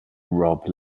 rob